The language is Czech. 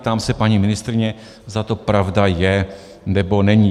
Ptám se paní ministryně, zda to pravda je, nebo není.